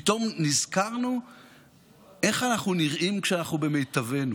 פתאום נזכרנו איך אנחנו נראים כשאנחנו במיטבנו,